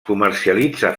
comercialitza